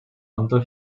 until